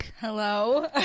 Hello